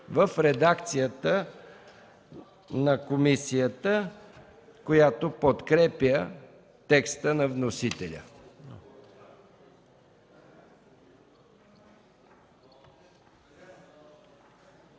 в редакцията на комисията, която подкрепя текста на вносителя.